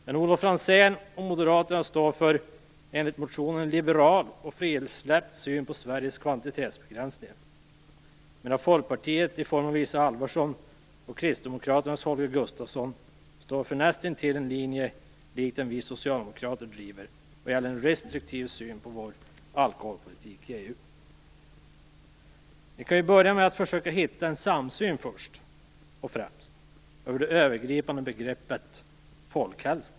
Jan-Olof Franzén och Moderaterna står enligt motionen för en liberal och frisläppt syn på Sveriges kvantitetsbegränsningar, medan Folkpartiet i form av Isa Halvarsson och Kristdemokraterna i form av Holger Gustafsson står för en linje som liknar den vi socialdemokrater driver, dvs. en restriktiv syn på vår alkoholpolitik i EU. Ni kan ju börja med att försöka hitta en samsyn vad gäller det övergripande begreppet folkhälsa.